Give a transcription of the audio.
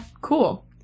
Cool